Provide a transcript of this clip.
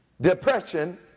depression